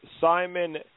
Simon